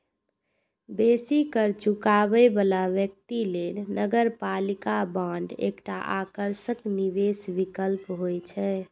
बेसी कर चुकाबै बला व्यक्ति लेल नगरपालिका बांड एकटा आकर्षक निवेश विकल्प होइ छै